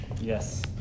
Yes